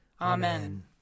Amen